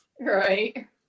Right